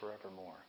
forevermore